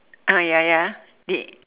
ah ya ya did